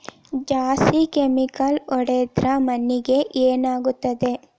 ಜಾಸ್ತಿ ಕೆಮಿಕಲ್ ಹೊಡೆದ್ರ ಮಣ್ಣಿಗೆ ಏನಾಗುತ್ತದೆ?